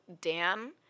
Dan